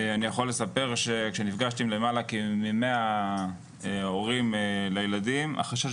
אני יכול לספר שנפגשתי עם למעלה מכ-100 הורים לילדים והחשש